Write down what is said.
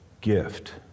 gift